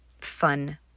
fun